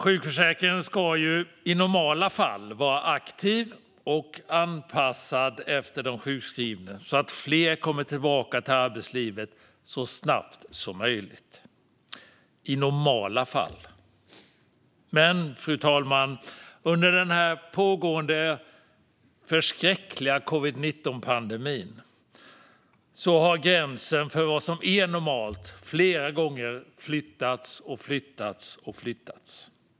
Sjukförsäkringen ska i normala fall vara aktiv och anpassad efter den sjukskrivne. Fler ska komma tillbaka till arbetslivet så snabbt som möjligt - i normala fall. Men under denna pågående förskräckliga covid-19-pandemi, fru talman, har gränsen för vad som är normalt flera gånger flyttats och flyttats.